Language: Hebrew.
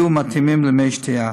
יהיו מותאמים למי שתייה.